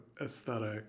aesthetic